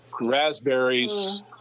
raspberries